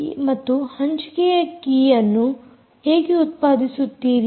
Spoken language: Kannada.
ಮತ್ತು ಹಂಚಿಕೆಯ ಕೀಯನ್ನು ಹೇಗೆ ಉತ್ಪಾದಿಸುತ್ತೀರಿ